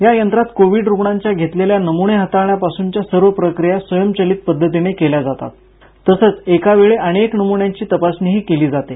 या यंत्रात कोविड रुग्णांच्या घेतलेल्या नम्ने हाताळण्यापासूनच्या सर्व प्रक्रिया स्वयंचलित पद्धतीने केल्या जातात तसंच एकाच वेळी अनेक नम्न्यांची तपासणीही केली जाते